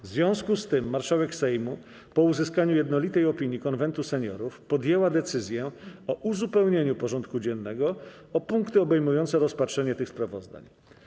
W związku z tym marszałek Sejmu, po uzyskaniu jednolitej opinii Konwentu Seniorów, podjęła decyzję o uzupełnieniu porządku dziennego o punkty obejmujące rozpatrzenie tych sprawozdań.